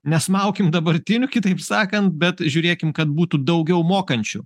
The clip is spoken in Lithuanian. nesmaukit dabartinių kitaip sakant bet žiūrėkim kad būtų daugiau mokančių